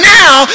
now